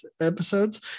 episodes